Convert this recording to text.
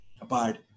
Abide